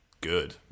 good